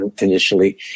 initially